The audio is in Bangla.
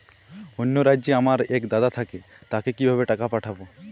অন্য রাজ্যে আমার এক দাদা থাকে তাকে কিভাবে টাকা পাঠাবো?